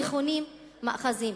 המכונות מאחזים.